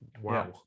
Wow